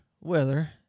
weather